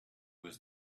was